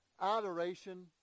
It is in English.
adoration